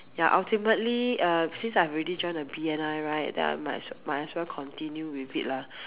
ya ultimately uh since I've already joined the B_N_I right then I might as well continue with it lah